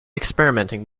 experimenting